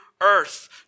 Earth